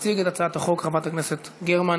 תציג את הצעת החוק חברת הכנסת גרמן